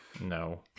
No